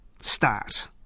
start